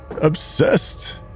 obsessed